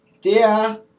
Dear